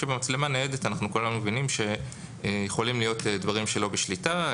שבמצלמה ניידת כולנו מבינים שיכולים להיות דברים שלא בשליטה,